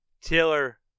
Taylor